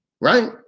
right